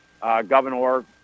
Governor